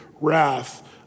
wrath